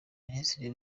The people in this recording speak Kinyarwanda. minisitiri